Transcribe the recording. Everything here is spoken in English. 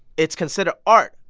it's considered art?